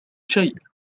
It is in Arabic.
شيء